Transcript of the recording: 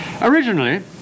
Originally